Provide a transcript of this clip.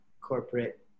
corporate